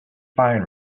find